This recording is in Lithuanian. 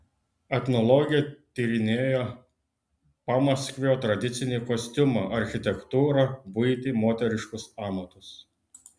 etnologė tyrinėja pamaskvio tradicinį kostiumą architektūrą buitį moteriškus amatus